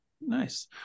nice